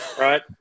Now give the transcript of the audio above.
Right